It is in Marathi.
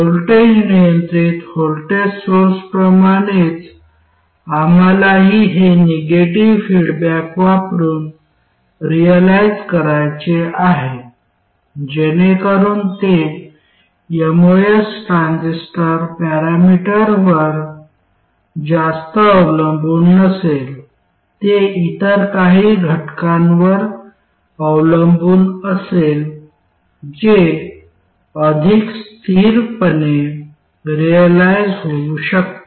व्होल्टेज नियंत्रित व्होल्टेज सोर्सप्रमाणेच आम्हालाही हे निगेटिव्ह फीडबॅक वापरून रिअलाईझ करायचे आहे जेणेकरून ते एमओएस ट्रान्झिस्टर पॅरामीटर्सवर जास्त अवलंबून नसेल ते इतर काही घटकांवर अवलंबून असेल जे अधिक स्थिरपणे रिअलाईझ होऊ शकते